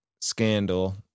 scandal—